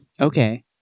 Okay